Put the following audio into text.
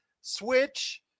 Switch